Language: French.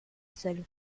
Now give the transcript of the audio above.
seule